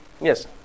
Yes